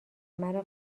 مرا